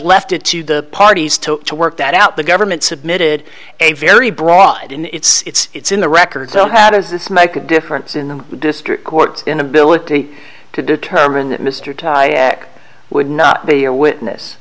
left it to the parties to work that out the government submitted a very broad and it's in the record so how does this make a difference in the district court inability to determine that mr ty ek would not be a witness